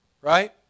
Right